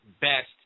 best